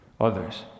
others